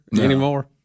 anymore